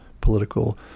political